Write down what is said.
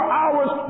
hours